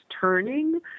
turning